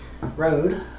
road